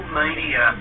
media